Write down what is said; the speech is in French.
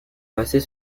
passer